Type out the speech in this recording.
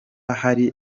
hari